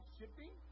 Shipping